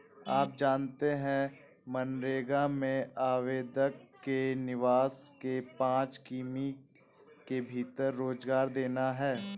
आप जानते है मनरेगा में आवेदक के निवास के पांच किमी के भीतर रोजगार देना है?